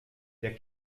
der